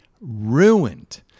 ruined